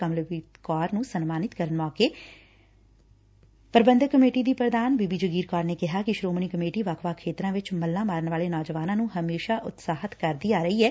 ਕਮਲਪ੍ਰੀਤ ਕੌਰ ਨੂੰ ਸਨਮਾਨਿਤ ਕਰਨ ਮੌਕੇ ਪ੍ਰਬੰਧਕ ਕਮੇਟੀ ਦੀ ਪ੍ਰਧਾਨ ਬੀਬੀ ਜਗੀਰ ਕੌਰ ਨੇ ਕਿਹਾ ਕਿ ਸ੍ਰੋਮਣੀ ਕਮੇਟੀ ਵੱਖ ਵੱਖ ਖੇਤਰਾਂ ਵਿਚ ਮੱਲਾਂ ਮਾਰਨ ਵਾਲੇ ਨੌਜਵਾਨਾਂ ਨੰ ਹਮੇਸ਼ਾ ਉਤਸ਼ਾਹਿਤ ਕਰਦੀ ਆ ਰਹੀ ਐ